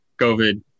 COVID